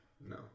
No